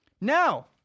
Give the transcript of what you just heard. Now